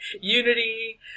unity